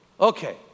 Okay